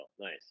Nice